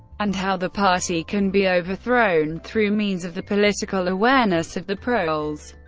and how the party can be overthrown through means of the political awareness of the proles.